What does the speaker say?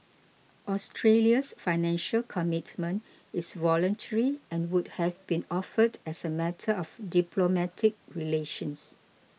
Australia's Financial Commitment is voluntary and would have been offered as a matter of diplomatic relations